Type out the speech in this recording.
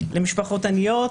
למשפחות עניות,